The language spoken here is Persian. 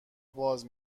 باز